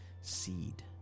seed